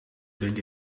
drink